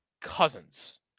Cousins